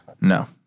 No